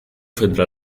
frente